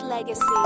Legacy